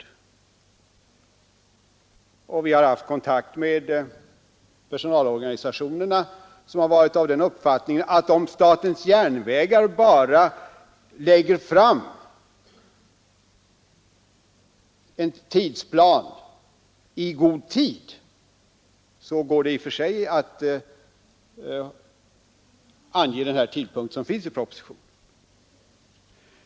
Jag har haft kontakt med personalorganisationerna, som varit av den uppfattningen att om SJ bara lägger fram en tidsplan i god tid, så går det i och för sig att ange den tidpunkt som finns i propositionen.